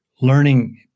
learning –